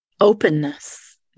openness